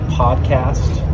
podcast